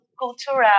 cultural